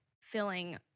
filling